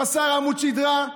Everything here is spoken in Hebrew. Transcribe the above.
חסר עמוד שדרה,